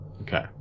Okay